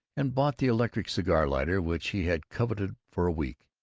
and bought the electric cigar-lighter which he had coveted for a week.